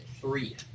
three